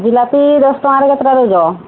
ଜିଲାପି ଦଶ ଟଙ୍କାରେ କେତେଟା ଦେଉଛ